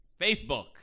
Facebook